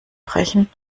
brechen